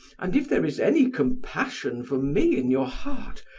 and, if there is any compassion for me in your heart,